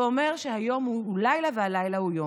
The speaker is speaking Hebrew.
ואומר שהיום הוא לילה והלילה הוא יום,